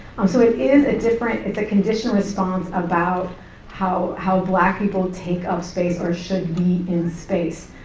um so it is a different, it's a conditioned response about how how black people take up space or should be in space.